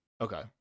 Okay